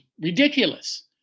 ridiculous